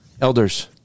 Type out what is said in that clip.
Elders